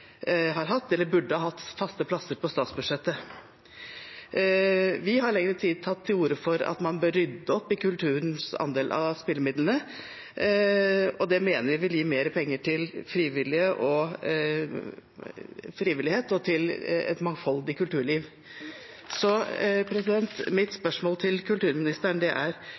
har hatt eller burde ha hatt faste plasser på statsbudsjettet. Vi har i lengre tid tatt til orde for at man bør rydde opp i kulturens andel av spillemidlene, og det mener vi vil gi mer penger til frivillighet og et mangfoldig kulturliv. Mitt spørsmål til kulturministeren er: